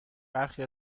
برخی